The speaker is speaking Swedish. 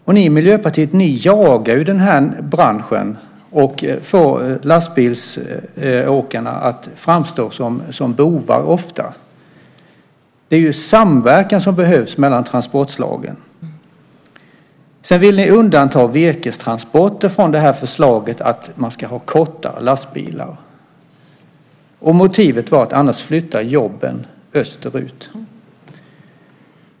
Ni i Miljöpartiet jagar ju den här branschen och får ofta lastbilsåkarna att framstå som bovar. Det är ju samverkan som behövs mellan transportslagen. Sedan vill ni undanta virkestransporter från förslaget att man ska ha kortare lastbilar. Motivet är att annars flyttar jobben österut.